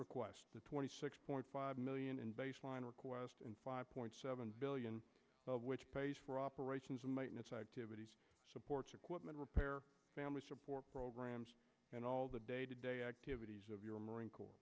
request the twenty six point five million in baseline request and five point seven billion of which pays for operations and maintenance activities supports equipment repair family support programs and all the day to day activities of your marine corps